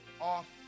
off